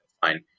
fine